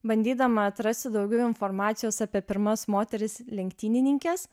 bandydama atrasti daugiau informacijos apie pirmas moteris lenktynininkes